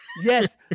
Yes